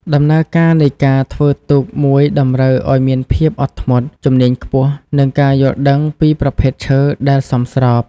ដំណើរការនៃការធ្វើទូកមួយតម្រូវឲ្យមានភាពអត់ធ្មត់ ជំនាញខ្ពស់ និងការយល់ដឹងពីប្រភេទឈើដែលសមស្រប។